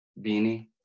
beanie